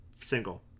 single